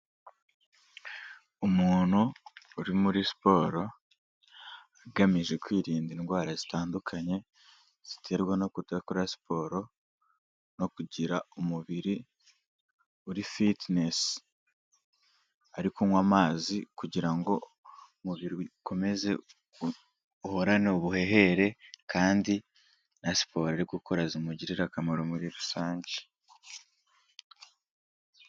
Umuntu uri muri siporo agamije kwirinda indwara zitandukanye ziterwa no kudakora siporo no kugira umubiri uri fitinesi, ari kunywa amazi kugira ngo umubiri ukomeze uhorane ubuhehere kandi na siporo ari gukora zimugirire akamaro muri rusange.